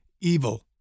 evil